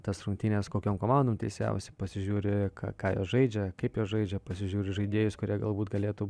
tas rungtynes kokiom komandom teisėjausi pasižiūri ką ką jos žaidžia kaip jos žaidžia pasižiūri žaidėjus kurie galbūt galėtų